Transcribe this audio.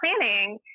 planning